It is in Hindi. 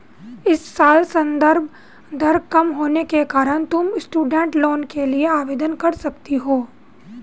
इस साल संदर्भ दर कम होने के कारण तुम स्टूडेंट लोन के लिए आवेदन कर सकती हो